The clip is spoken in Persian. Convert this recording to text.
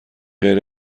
غیر